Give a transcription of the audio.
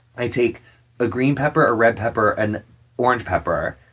i take a green pepper, a red pepper, an orange pepper.